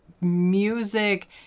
music